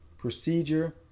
procedure,